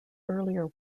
earlier